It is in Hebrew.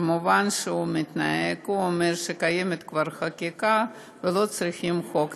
הוא אומר שקיימת כבר חקיקה, ולא צריכים חוק נוסף.